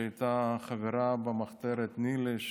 שהייתה חברה במחתרת ניל"י,